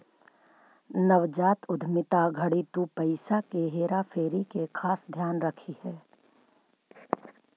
नवजात उद्यमिता घड़ी तु पईसा के हेरा फेरी के खास ध्यान रखीह